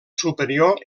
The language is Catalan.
superior